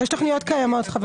יש תכניות קיימות.